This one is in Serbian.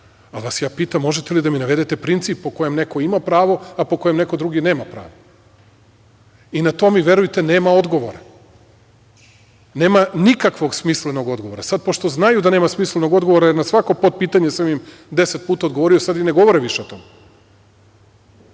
vas ja pitam možete li da mi navedete princip po kojem neko ima pravo, a po kojem neko drugi nema pravo i na to mi verujte nema odgovora, nema nikakvog smislenog odgovora. Pošto znaju da nema smislenog odgovora, jer na svako potpitanje sam im deset puta odgovorio, sad i ne govore više o tome.